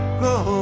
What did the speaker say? grow